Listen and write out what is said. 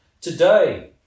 today